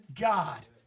God